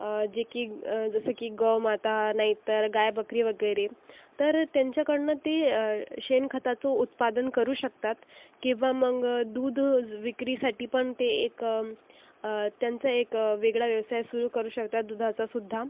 जे की जसे की गोमाता नाहीतर गाय बकरी वगैरे तर त्यांच्याकडनं ते शेणखताचं उत्पादन करू शकतात किंवा मग दूध विक्रीसाठी पण ते एक त्यांचा एक वेगळा व्यवसाय सुरु करू शकतात दुधाचासुद्धा